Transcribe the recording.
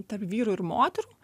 tarp vyrų ir moterų